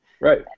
Right